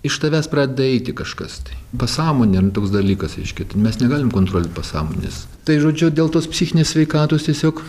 iš tavęs pradeda eiti kažkas tai pasąmonė irn toks dalykas reiškia ten mes negalim kontroliuot pasąmonės tai žodžiu dėl tos psichinės sveikatos tiesiog